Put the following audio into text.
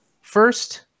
first